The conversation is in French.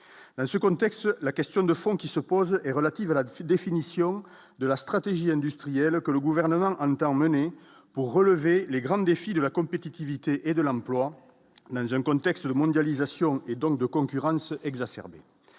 monde, ce contexte, la question de fond qui se pose est relative à la définition de la stratégie industrielle, que le gouvernement entend mener pour relever les grandes défi de la compétitivité et de l'emploi dans un contexte de mondialisation et donc de concurrence exacerbée,